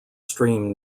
stream